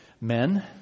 men